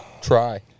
try